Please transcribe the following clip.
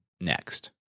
next